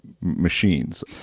machines